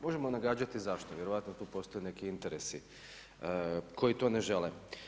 Možemo nagađati zašto, vjerojatno tu postoje neki interesi koji to ne žele.